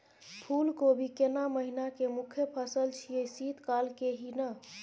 फुल कोबी केना महिना के मुखय फसल छियै शीत काल के ही न?